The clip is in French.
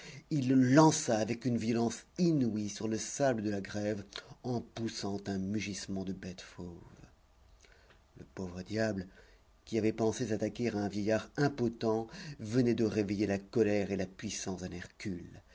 il le lança avec une violence inouïe sur le sable de la grève en poussant un mugissement de bête fauve le pauvre diable qui avait pensé s'attaquer à un vieillard impotent venait de réveiller la colère et la puissance d'un hercule